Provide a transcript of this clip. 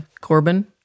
Corbin